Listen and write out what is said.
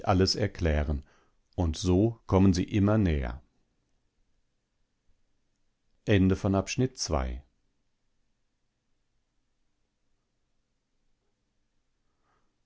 alles erklären und so kommen sie immer näher